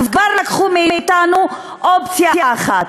כבר לקחנו מאתנו אופציה אחת.